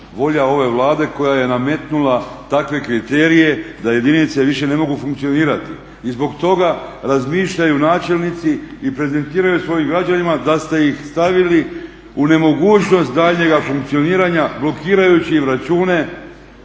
volja ove Vlade koja je nametnula takve kriterije da jedinice više ne mogu funkcionirati. I zbog toga razmišljaju načelnici i prezentiraju svojim građanima da ste ih stavili u nemogućnost daljnjeg funkcioniranja blokirajući im račune